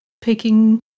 picking